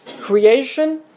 creation